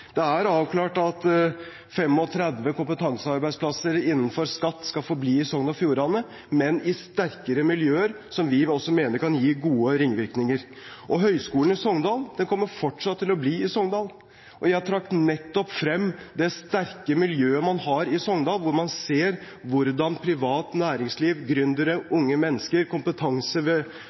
Det er avklart at 35 kompetansearbeidsplasser innenfor skatt skal forbli i Sogn og Fjordane, men i sterkere miljøer som vi også mener kan gi gode ringvirkninger. Høgskolen i Sogn og Fjordane kommer fortsatt til å bli i Sogndal, og jeg trakk nettopp frem det sterke miljøet man har i Sogndal, hvor man ser hvordan privat næringsliv,